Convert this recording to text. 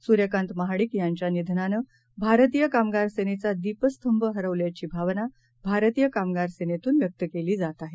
सुर्यकांतमहाडिकयांच्यानिधनानेभारतीयकामगारसेनेचादीपस्तंभहरपल्याचीभावनाभारतीयकामगारसेनेतूनव्यक्तकेलीजातआहे